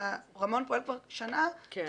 רמון פועל כבר יותר משנה.